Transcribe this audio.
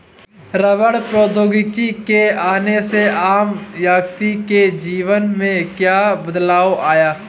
रबड़ प्रौद्योगिकी के आने से आम व्यक्ति के जीवन में क्या बदलाव आया?